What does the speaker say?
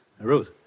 Ruth